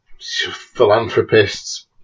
philanthropists